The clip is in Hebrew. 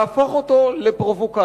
להפוך אותו לפרובוקציה,